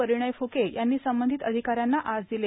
परिणय फुके यांनी संबंधित अधिकाऱ्यांना आज दिले